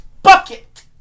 bucket